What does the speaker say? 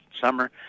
summer